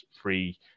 free